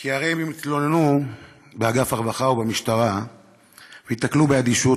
כי הרי אם הן יתלוננו באגף הרווחה או במשטרה וייתקלו באדישות,